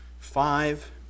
five